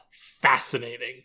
fascinating